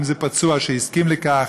אם זה פצוע שהסכים לכך,